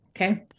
Okay